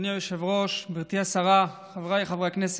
אדוני היושב-ראש, גברתי השרה, חבריי חברי הכנסת,